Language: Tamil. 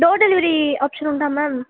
டோர் டெலிவரி ஆப்ஷன் உண்டா மேம்